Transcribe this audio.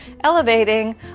elevating